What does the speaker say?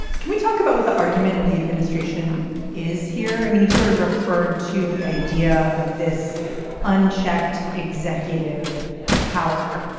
can we talk about what the argument of the administration is here? i mean, you've sort of referred to the idea of this unchecked executive power.